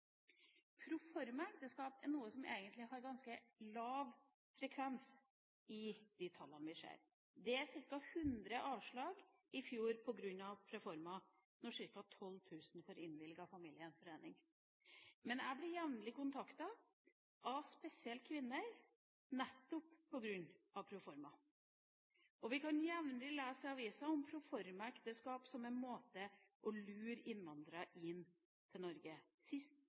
Proformaekteskap er noe som egentlig har ganske lav frekvens i de tallene vi ser. Det var ca. 100 avslag i fjor på grunn av proforma, av ca. 12 000 som fikk innvilget familiegjenforening. Men jeg blir jevnlig kontaktet av spesielt kvinner, nettopp på grunn av proforma, og vi kan jevnlig lese i avisen om proformaekteskap som en måte å lure innvandrere inn til Norge på, sist